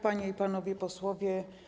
Panie i Panowie Posłowie!